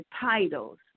titles